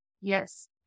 Yes